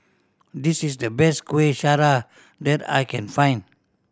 this is the best Kuih Syara that I can find